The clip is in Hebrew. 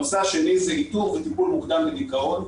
הנושא השני זה איתור וטיפול מוקדם בדיכאון.